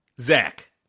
Zach